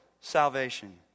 salvation